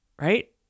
right